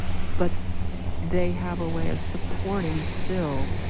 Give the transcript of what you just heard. but they have a way of supporting, still,